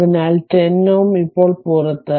അതിനാൽ 10 Ω ഇപ്പോൾ പുറത്ത്